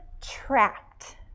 trapped